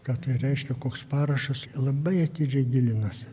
ką tai reiškia koks parašas labai atidžiai gilinosi